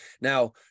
Now